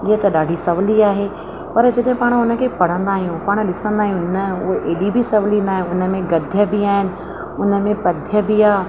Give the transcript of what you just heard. इहो त ॾाढी सवली आहे पर जिथे पाण उनखे पढ़दा आहियूं पाण ॾिसंदा आहियूं न उहे एॾी बि सवली न आहे उन में गद्य बि आहिनि उनमें पद्य बि आहे